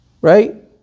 right